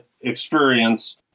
experience